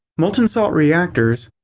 molten salt reactors,